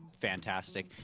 fantastic